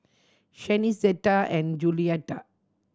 Shanice Zetta and Juliette